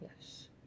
Yes